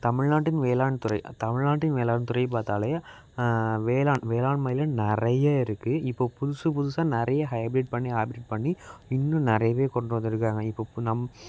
தமிழ்நாட்டின் வேளாண்துறை தமிழ்நாட்டின் வேளாண்துறை பார்த்தாலே வேளாண் வேளாண்மையில் நிறைய இருக்குது இப்போது புதுசு புதுசாக நிறைய ஹைபிரிட் பண்ணி ஹைபிரிட் பண்ணி இன்னும் நிறையவே கொண்டு வந்திருக்காங்க இப்போது நம்